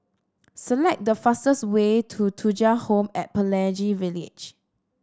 select the fastest way to Thuja Home and Pelangi Village